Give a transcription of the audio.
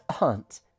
Aunt